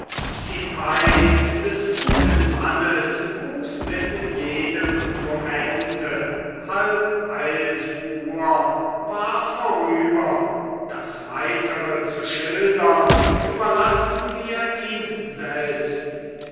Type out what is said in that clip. die pein des guten mannes wuchs mit jedem momente halb eilf uhr war vorüber das weitere zu schildern überlassen wir ihm selbst